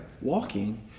Walking